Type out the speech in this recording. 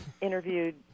interviewed